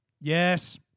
Yes